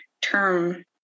term